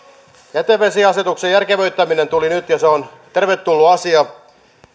jätevesiasetuksen järkevöittäminen tuli nyt ja se on tervetullut asia